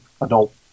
adult